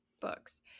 books